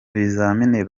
ibizamini